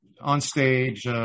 on-stage